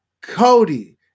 Cody